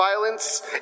violence